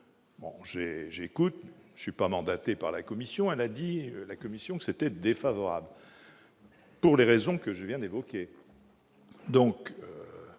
j'ai, j'écoute, je suis pas mandatés par la Commission, elle a dit la commission s'était défavorable pour les raisons que je viens d'évoquer, donc